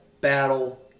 Battle